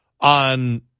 on